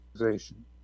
organization